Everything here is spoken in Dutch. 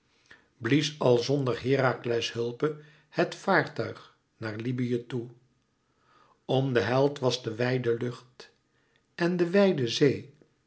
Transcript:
blies al zonder herakles hulpe het vaartuig naar libyë toe om den held was de wijde lucht en de wijde zee